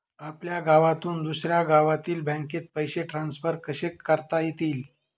आपल्या गावातून दुसऱ्या गावातील बँकेत पैसे ट्रान्सफर कसे करता येतील?